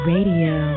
Radio